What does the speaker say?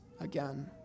again